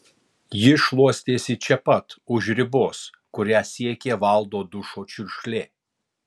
ji šluostėsi čia pat už ribos kurią siekė valdo dušo čiurkšlė